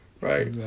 Right